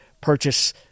purchase